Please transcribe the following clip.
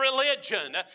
religion